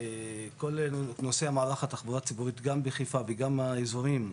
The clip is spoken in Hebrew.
כולל נושא מערך התחבורה הציבורית גם בחיפה וגם באזורים,